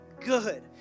good